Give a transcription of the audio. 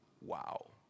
Wow